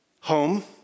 home